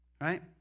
Right